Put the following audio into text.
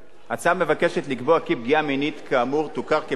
ההצעה מבקשת לקבוע כי פגיעה מינית כאמור תוכר כפגיעת